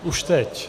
Už teď.